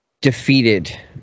defeated